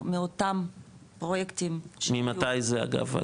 מאותם פרויקטים -- ממתי זה אגב,